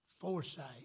Foresight